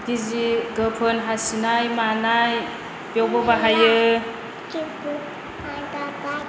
गिजि गोफोन हासिनाय मानाय बेवबो बाहायो